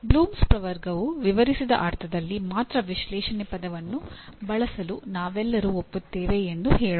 Bloom's ಪ್ರವರ್ಗವು ವಿವರಿಸಿದ ಅರ್ಥದಲ್ಲಿ ಮಾತ್ರ ವಿಶ್ಲೇಷಣೆ ಪದವನ್ನು ಬಳಸಲು ನಾವೆಲ್ಲರೂ ಒಪ್ಪುತ್ತೇವೆ ಎಂದು ಹೇಳೋಣ